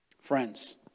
Friends